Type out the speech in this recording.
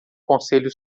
conselho